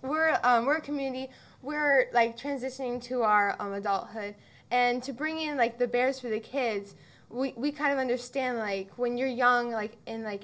we're we're community where it's like transitioning to our own adulthood and to bring in like the bears for the kids we kind of understand like when you're young like in like